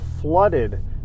flooded